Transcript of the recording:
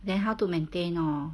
then how to maintain oh